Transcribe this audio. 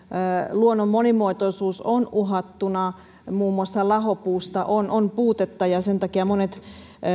luonnon monimuotoisuus on uhattuna muun muassa lahopuusta on on puutetta ja sen takia monet